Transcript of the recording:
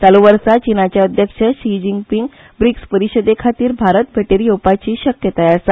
चालू वर्सा चिनाचे अध्यक्ष शी जिनपिंग ब्रिक्स परिशदेखातीर भारत भेटेर येवपाची शक्यताय आसा